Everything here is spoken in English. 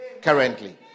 currently